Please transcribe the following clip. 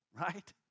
right